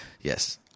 Yes